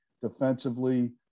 defensively